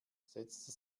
setzte